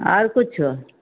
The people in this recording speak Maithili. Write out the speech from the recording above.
आओर किछो